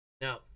Now